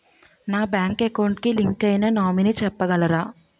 నా bank account కి link అయినా నామినీ చెప్పగలరా?